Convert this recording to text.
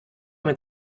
mit